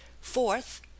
Fourth